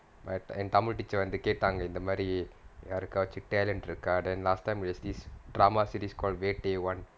but என்:en tamil teacher வந்து கேட்டாங்க இந்த மாரி யாருக்காச்சும்:vanthu kaetaanga intha maari yarukkaachum talent இருக்கா:irukkaa then last time we this drama series called weekday [one]